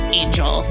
angel